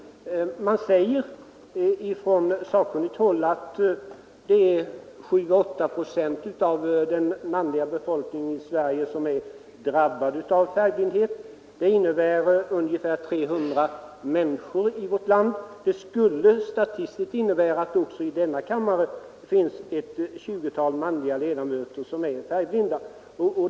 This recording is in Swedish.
Man säger på sakkunnigt håll att 7 å 8 procent av den manliga befolkningen i Sverige är drabbade av färgblindhet. Det skulle statistiskt innebära att det i denna kammare finns ett tjugotal manliga ledamöter som är färgblinda.